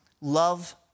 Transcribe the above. love